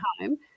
home